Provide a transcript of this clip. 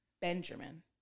Benjamin